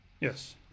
Yes